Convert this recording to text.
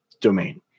domain